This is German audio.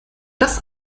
das